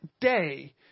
day